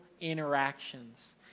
interactions